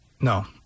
No